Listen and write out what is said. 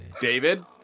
David